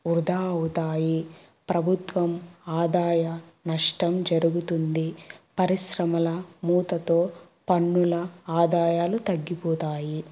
వృధా అవుతాయి ప్రభుత్వం ఆదాయ నష్టం జరుగుతుంది పరిశ్రమల మూతతో పన్నుల ఆదాయాలు తగ్గిపోతాయి